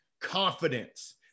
Confidence